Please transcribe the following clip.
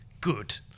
good